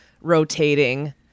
rotating